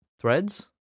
Threads